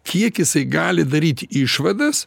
kiek jisai gali daryt išvadas